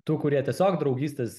tų kurie tiesiog draugystės